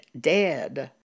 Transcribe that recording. dead